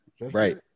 right